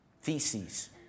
feces